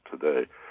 today